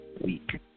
week